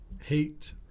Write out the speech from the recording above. Hate